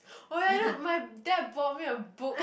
oh ya you know my dad bought me a book